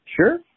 Sure